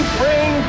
bring